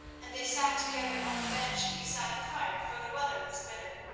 and they sat together on the bench beside the fire, for the weather was bitter,